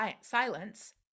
silence